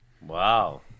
Wow